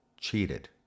cheated